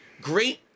great